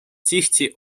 tihti